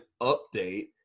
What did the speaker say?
update